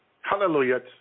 hallelujah